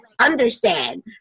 understand